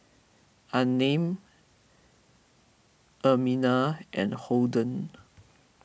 Unnamed Ermina and Holden